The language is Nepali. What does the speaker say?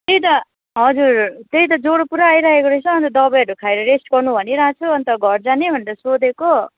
त्यही त हजुर त्यही त ज्वरो पुरा आइरहेको रहेछ अन्त दबाईहरू खाएर रेस्ट गर्नु भनिरहेको छु अन्त घर जाने भनेर सोधेको